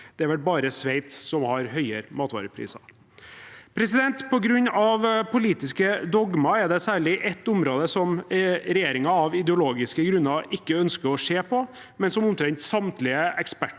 Det er vel bare Sveits som har høyere matvarepriser. På grunn av politiske dogmer er det særlig ett område som regjeringen av ideologiske grunner ikke ønsker å se på, men som omtrent samtlige eksperter